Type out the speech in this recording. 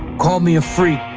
call me a freak,